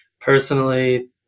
personally